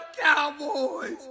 cowboys